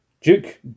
Duke